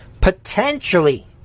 Potentially